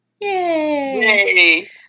Yay